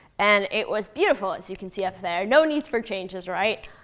and it was beautiful, as you can see up there. no need for changes, right?